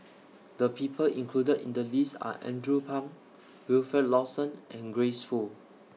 The People included in The list Are Andrew Phang Wilfed Lawson and Grace Fu